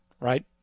right